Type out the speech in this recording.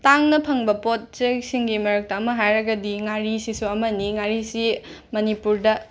ꯇꯥꯡꯅ ꯐꯪꯕ ꯄꯣꯠ ꯆꯩꯁꯤꯡꯒꯤ ꯃꯔꯛꯇ ꯑꯃ ꯍꯥꯏꯔꯒꯗꯤ ꯉꯥꯔꯤꯁꯤꯁꯨ ꯑꯃꯅꯤ ꯉꯥꯔꯤꯁꯤ ꯃꯅꯤꯄꯨꯔꯗ